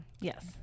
Yes